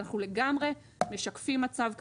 אנחנו לגמרי משקפים מצב קיים.